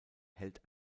hält